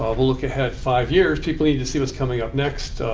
um we'll look ahead five years. people need to see what's coming up next.